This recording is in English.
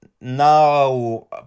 now